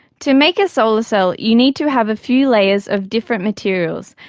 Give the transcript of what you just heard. to make a solar cell you need to have a few layers of different materials,